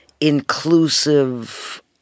inclusive